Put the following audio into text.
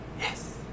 Yes